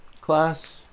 class